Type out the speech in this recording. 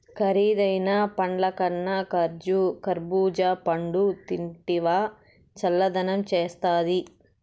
కరీదైన పండ్లకన్నా కర్బూజా పండ్లు తింటివా చల్లదనం చేస్తాది